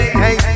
hey